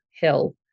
Hill